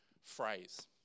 phrase